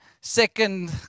second